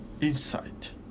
insight